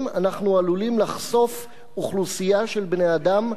אנחנו עלולים לחשוף אוכלוסייה של בני-אדם,